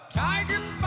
tiger